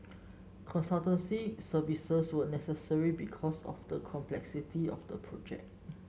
consultancy services were necessary because of the complexity of the project